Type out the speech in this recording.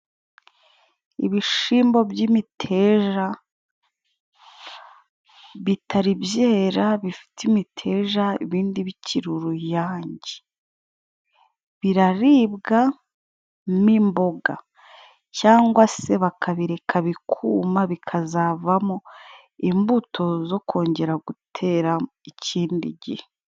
Ibishimbo by'imiteja bitari byera bifite imiteja ibindi bikiri uruyange biraribwa mo imboga cyangwa se bakabireka bikuma, bikazavamo imbuto zo kongera gutera ikindi gihe.